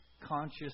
conscious